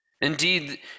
Indeed